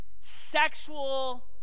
sexual